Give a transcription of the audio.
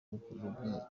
gukurura